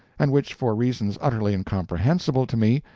and which, for reasons utterly incomprehensible to me,